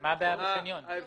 מה הבעיה בחניון?